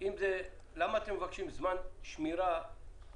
הסעיף הזה למעשה מטיל חובה חדשה שלא קיימת בחוק היום,